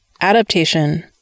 Adaptation